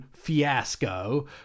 Fiasco